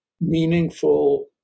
meaningful